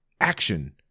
Action